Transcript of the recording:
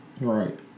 Right